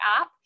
app